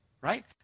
right